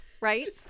right